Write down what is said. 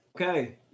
Okay